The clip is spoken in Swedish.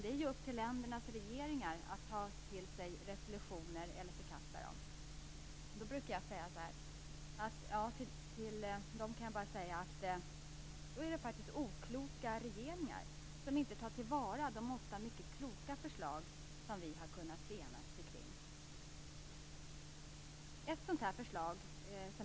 Det är upp till ländernas regeringar att ta till sig av resolutioner eller förkasta dem." Då brukar jag säga: "Det är okloka regeringar som inte tar till vara de ofta mycket kloka förslag som vi har kunnat enas kring."